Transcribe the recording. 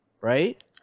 right